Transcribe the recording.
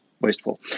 wasteful